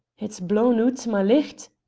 it's blawn oot my licht.